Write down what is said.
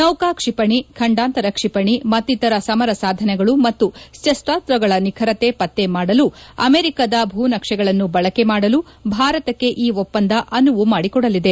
ನೌಕಾ ಕ್ಷಿಪಣಿ ಖಂಡಾಂತರ ಕ್ಷಿಪಣಿ ಮತ್ತಿತರ ಸಮರ ಸಾಧನಗಳು ಮತ್ತು ಶಸ್ತ್ರಾಸ್ತ್ರಗಳ ನಿಖರತೆ ಪತ್ತೆ ಮಾಡಲು ಅಮೆರಿಕದ ಭೂನಕ್ಷೆಗಳನ್ನು ಬಳಕೆ ಮಾಡಲು ಭಾರತಕ್ಕೆ ಈ ಒಪ್ಪಂದ ಅನುವು ಮಾಡಿಕೊಡಲಿದೆ